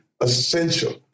essential